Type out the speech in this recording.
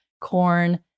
corn